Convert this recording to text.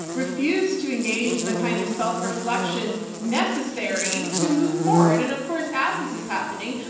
refuse to engage in the kind of self reflection necessary to move forward. and of course as this is happening,